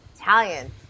Italian